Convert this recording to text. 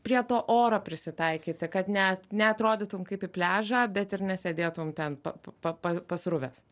prie to oro prisitaikyti kad ne neatrodytum kaip į pliažą bet ir nesėdėtum ten pa pa pa pasruvęs